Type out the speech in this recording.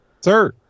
Sir